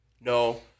No